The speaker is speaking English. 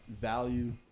value